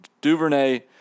Duvernay